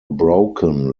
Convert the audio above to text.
broken